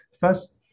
First